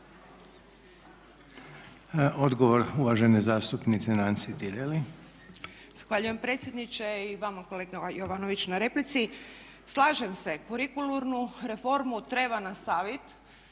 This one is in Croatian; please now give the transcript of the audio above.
(Hrvatski laburisti - Stranka rada)** Zahvaljujem predsjedniče i vama kolega Jovanović na replici. Slažem se, kurikularnu reformu treba nastaviti